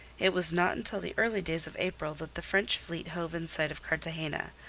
it was not until the early days of april that the french fleet hove in sight of cartagena,